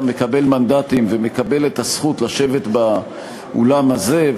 מקבל מנדטים ומקבל את הזכות לשבת באולם הזה,